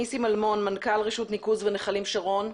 נסים אלמון, מנכ"ל רשות ניקוז ונחלים שרון.